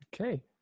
Okay